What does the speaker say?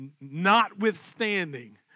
notwithstanding